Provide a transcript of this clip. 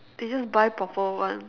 they just buy proper ones